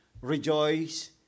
rejoice